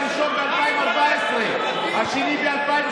בית החולים הראשון אושר ב-2014, השני ב-2018,